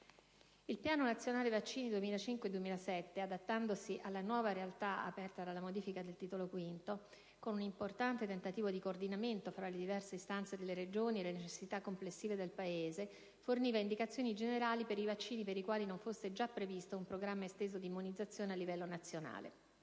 Il Piano nazionale vaccini 2005-2007, adattandosi alla nuova realtà aperta dalla modifica del Titolo V, con un importante tentativo di coordinamento tra le diverse istanze delle Regioni e le necessità complessive del Paese, forniva indicazioni generali per i vaccini per i quali non fosse già previsto un programma esteso di immunizzazione a livello nazionale.